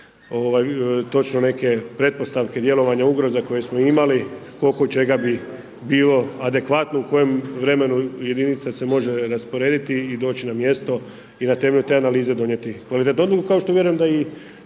neke pretpostavke, djelovanje ugroza koje smo imali, koliko čega bi bilo adekvatno u kojem vremenu jedinica se može rasporediti i doći na mjesto i na temelju te analize donijeti kvalitetnu